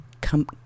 Come